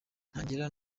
ntangira